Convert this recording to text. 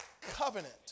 covenant